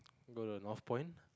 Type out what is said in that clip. go to Northpoint